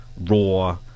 raw